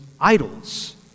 idols